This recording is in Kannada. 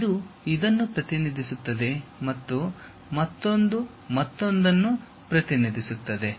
ಇದು ಇದನ್ನು ಪ್ರತಿನಿಧಿಸುತ್ತದೆ ಮತ್ತು ಮತ್ತೊಂದು ಮತ್ತೊಂದನ್ನು ಪ್ರತಿನಿಧಿಸುತ್ತದೆ